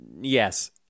Yes